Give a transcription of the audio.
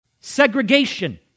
segregation